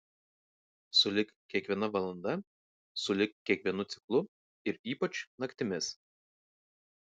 sulig kiekviena valanda sulig kiekvienu ciklu ir ypač naktimis